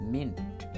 Mint